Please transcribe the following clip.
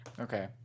okay